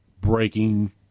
breaking